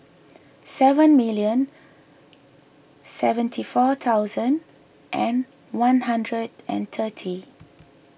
seven million seventy four thousand and one hundred and thirty